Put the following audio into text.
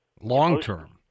Long-term